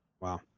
Wow